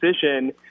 decision